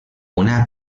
una